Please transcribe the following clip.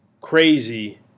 crazy